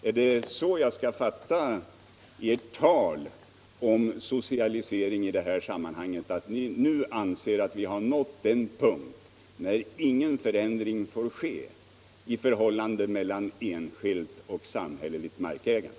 Är det så jag skall fatta ert tal om socialisering i det här sammanhanget — att vi nu anser att vi har nått den punkt där ingen förändring får ske i förhållandet mellan enskilt och samhälleligt markägande?